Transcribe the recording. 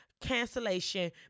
cancellation